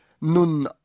nun